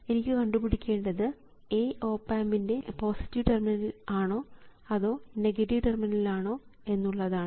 എനിക്ക് കണ്ടുപിടിക്കേണ്ടത് A op ആമ്പിൻറെ പോസിറ്റീവ് ടെർമിനൽ ആണോ അതോ നെഗറ്റീവ് ടെർമിനൽ ആണോ എന്നുള്ളതാണ്